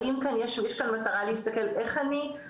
האם יש כאן מטרה להסתכל איך אני,